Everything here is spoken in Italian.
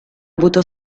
avuto